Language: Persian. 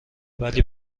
ولی